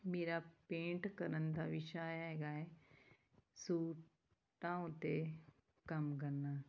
ਮੇਰਾ ਪੇਂਟ ਕਰਨ ਦਾ ਵਿਸ਼ਾ ਹੈਗਾ ਹੈ ਸੂਟਾਂ ਉੱਤੇ ਕੰਮ ਕਰਨਾ